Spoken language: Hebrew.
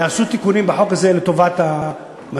יעשו תיקונים בחוק הזה לטובת המצב.